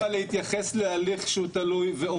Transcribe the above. אני לא יכול אבל להתייחס להליך שהוא תלוי ועומד.